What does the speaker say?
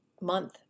month